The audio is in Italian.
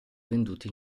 venduti